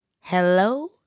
Hello